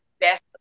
best